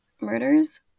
murders